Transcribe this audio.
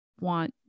want